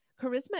Charisma